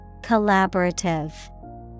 Collaborative